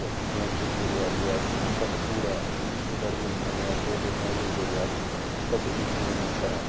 اسہِ اوس نزدیٖک دریاو دریاو بَٹہٕ پوٗرہ ڈِسٹرک بَڈگٲمِس مَنٛز یِوان سُہ اوس اَسہِ نزدیٖکھدریاو تَتہِ ٲسۍ أسۍ سُومِنٛگ کَران